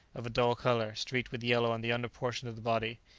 of a dull colour, streaked with yellow on the under portion of the body.